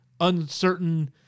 uncertain